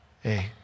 hey